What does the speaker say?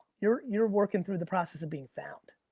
you're you're working through the process of being found.